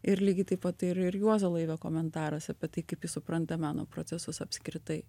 ir lygiai taip pat ir ir juozo laivio komentaras apie tai kaip jis supranta meno procesus apskritai